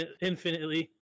Infinitely